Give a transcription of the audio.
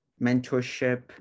mentorship